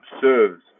serves